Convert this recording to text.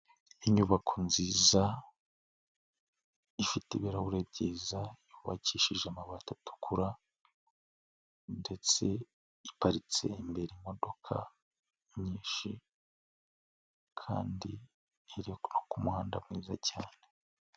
Inyubako nziza ifite ibirahuri byiza yubakishije amabati atukura, ndetse iparitse imbere imodoka nyinshi kandi iri ku muhanda mwiza cyane.